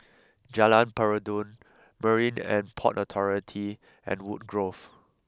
Jalan Peradun Marine and Port Authority and Woodgrove